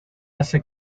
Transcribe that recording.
hace